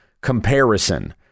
comparison